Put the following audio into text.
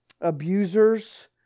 abusers